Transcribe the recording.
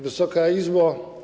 Wysoka Izbo!